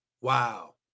wow